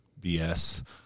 bs